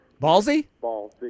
ballsy